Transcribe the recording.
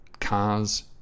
cars